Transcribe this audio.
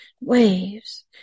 waves